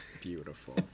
Beautiful